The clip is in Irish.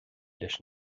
leis